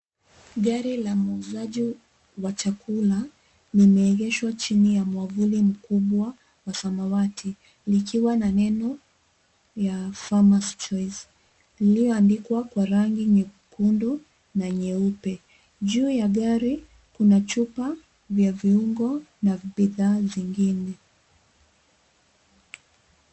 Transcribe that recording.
Gari la muuzaji wa chakula limeegeshwa chini ya mwavuli mkubwa wa samawati likiwa na neno ya, farmers choice, iliyoandikwa kwa rangi nyekundu na nyeupe. Juu ya gari kuna chupa vya viungo na vya bidhaa zingine.